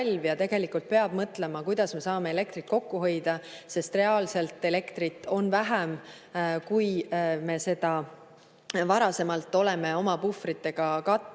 ja tegelikult peab mõtlema, kuidas me saame elektrit kokku hoida, sest reaalselt elektrit on vähem, kui me seda varasemalt oleme oma puhvritega katnud.